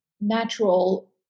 natural